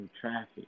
traffic